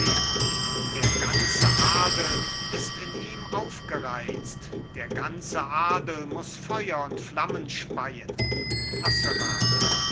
der ganze adel ist in ihm aufgereizt der ganze adel muß feuer und flammen speien asserato